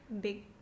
big